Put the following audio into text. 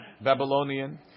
Babylonian